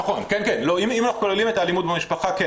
אם אנחנו כוללים את האלימות המשפחה אז כן,